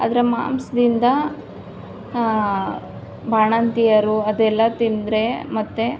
ಅದರ ಮಾಂಸದಿಂದ ಬಾಣಂತಿಯರೂ ಅದೆಲ್ಲ ತಿಂದರೆ ಮತ್ತು